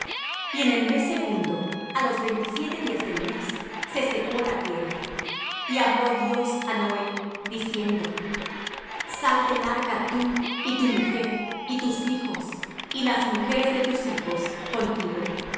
en el mes segundo á los veintisiete días del mes se secó la tierra y habló dios á noé diciendo sal del arca tú y tu mujer y tus hijos y las mujeres de tus hijos contigo